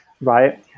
right